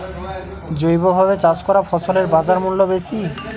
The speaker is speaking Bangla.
জৈবভাবে চাষ করা ফসলের বাজারমূল্য বেশি